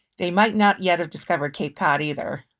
they might not yet have discovered cape cod either.